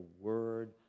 word